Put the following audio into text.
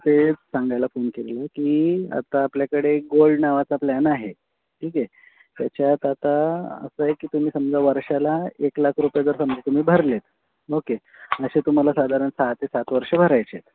तेच सांगायला फोन केलेला की आता आपल्याकडे गोल्ड नावाचा प्लॅन आहे ठीक आहे त्याच्यात आता असं आहे की तुम्ही समजा वर्षाला एक लाख रुपये जर समजा तुम्ही भरलेत ओके असे तुम्हाला साधारण सहा ते सात वर्ष भरायचे आहेत